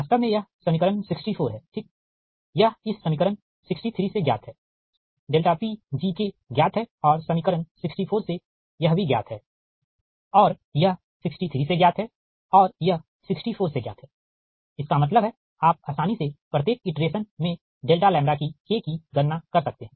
वास्तव में यह समीकरण 64 है ठीक यह इस समीकरण 63 से ज्ञात है Pg ज्ञात है और समीकरण 64 से यह भी ज्ञात है यह 63 से ज्ञात है और यह 64 से ज्ञात है इसका मतलब हैआप आसानी से प्रत्येक इटरेशन में डेल्टा लैम्ब्डा k की गणना कर सकते हैं